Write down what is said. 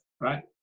right